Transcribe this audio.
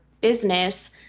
business